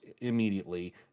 immediately